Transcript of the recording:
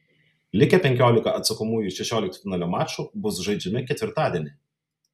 likę penkiolika atsakomųjų šešioliktfinalio mačų bus žaidžiami ketvirtadienį